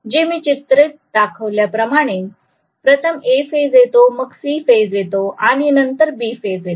जे मी चित्रात दर्शविल्याप्रमाणे प्रथम A फेज येतो मग C फेज येतो आणि नंतर B फेज येतो